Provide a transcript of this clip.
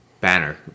Banner